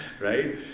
right